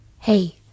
Hey